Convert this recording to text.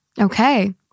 okay